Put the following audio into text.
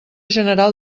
general